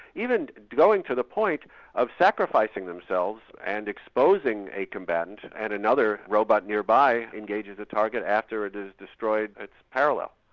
even going to the point of sacrificing themselves and exposing a combatant and another robot nearby engages the target after it it has destroyed its parallel.